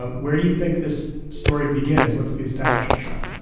ah where do you think this story begins? what's the establishing shot?